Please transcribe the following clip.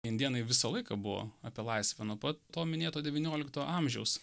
indėnai visą laiką buvo apie laisvę nuo pat to minėto devyniolikto amžiaus